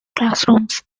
classrooms